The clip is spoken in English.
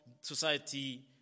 society